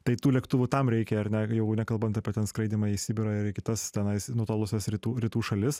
tai tų lėktuvų tam reikia ar ne jeigu nekalbant apie skraidymą į sibirą ir į kitas tenais nutolusias rytų rytų šalis